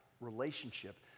relationship